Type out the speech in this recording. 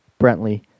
Brentley